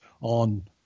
on